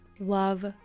love